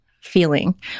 feeling